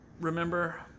remember